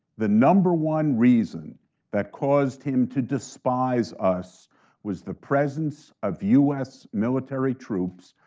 the number one reason that caused him to despise us was the presence of u s. military troops,